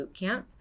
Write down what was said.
Bootcamp